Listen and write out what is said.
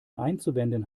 einzuwenden